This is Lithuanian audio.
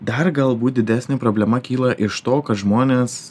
dar galbūt didesnė problema kyla iš to kad žmonės